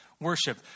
Worship